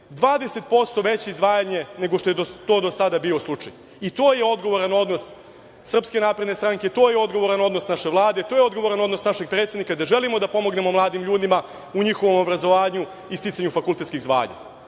20% veće izdvajanje nego što je to do sada bio slučaj. To je odgovoran odnos SNS. To je odgovoran odnos naše Vlade. To je odgovoran odnos našeg predsednika, da želimo da pomognemo našim mladim ljudima, u njihovom obrazovanju i sticanju fakultetskih zvanja. Ono